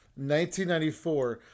1994